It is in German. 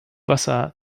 wasser